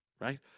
Right